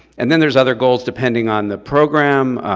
and then there's other goals, depending on the program,